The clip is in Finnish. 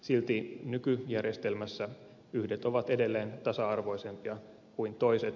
silti nykyjärjestelmässä yhdet ovat edelleen tasa arvoisempia kuin toiset